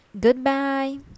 Goodbye